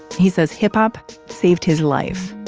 he says hip-hop saved his life